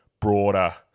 broader